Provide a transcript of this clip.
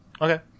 Okay